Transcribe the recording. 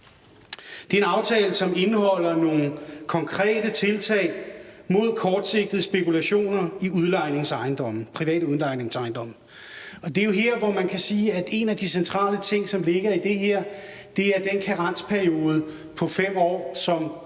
Det er en aftale, som indeholder nogle konkrete tiltag mod kortsigtede spekulationer i private udlejningsejendomme. Og det er jo her, hvor man kan sige, at en af de centrale ting, som ligger i det her, er den karensperiode på 5 år, som